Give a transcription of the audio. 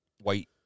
white